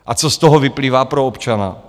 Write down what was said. A co z toho vyplývá pro občana?